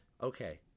okay